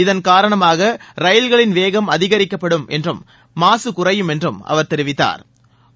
இதன் காரணமாக ரயில்களின் வேகம் அதிகரிக்கப்படும் மற்றும் மாக குறையும் என்றும் அவர் தெரிவித்தாா்